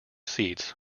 seats